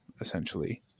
essentially